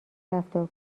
رفتار